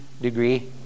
degree